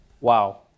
Wow